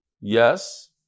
Yes